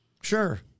Sure